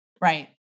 Right